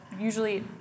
Usually